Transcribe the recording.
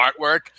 artwork